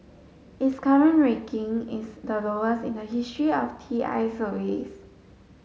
its current ranking is the lowest in the history of T I's surveys